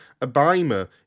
Abimer